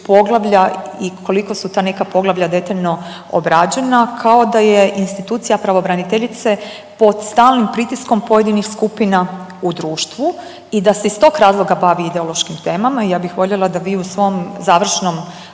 poglavlja i koliko su ta neka poglavlja detaljno obrađena kao da je institucija pravobraniteljice pod stalnim pritiskom pojedinih skupina u društvu i da se iz tog razloga bavi ideološkim temama. Ja bih voljela da vi u svom završnom